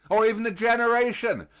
or even a generation,